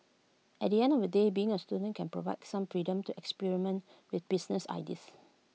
at the end of the day being A student can provide some freedom to experiment with business ideas